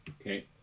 okay